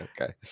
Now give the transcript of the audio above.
okay